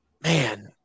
man